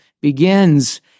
begins